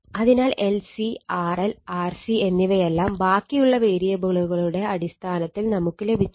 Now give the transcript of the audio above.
അതിനാൽ LC RL RC എന്നിവയെല്ലാം ബാക്കിയുള്ള വേരിയബിളുകളുടെ അടിസ്ഥാനത്തിൽ നമുക്ക് ലഭിച്ചു